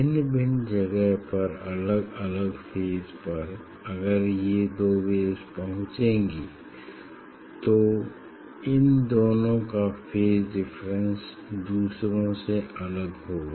भिन्न भिन्न जगह पर अलग अलग फेज पर अगर ये दो वेव्स पहुंचेंगी तो इन दोनों का फेज डिफरेंस दूसरे से अलग होगा